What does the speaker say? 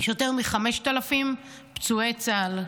יש יותר מ-5,000 פצועים חיילי צה"ל,